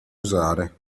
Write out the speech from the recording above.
usare